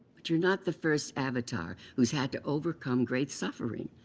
but you're not the first avatar who has had to overcome great suffering.